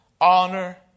honor